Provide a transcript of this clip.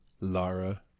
Lara